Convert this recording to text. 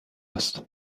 است